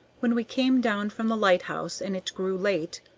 when we came down from the lighthouse and it grew late,